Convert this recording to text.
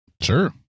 Sure